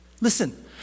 listen